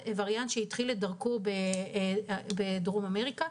עשרה ימים.